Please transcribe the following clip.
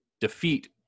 defeat